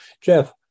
Jeff